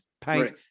paint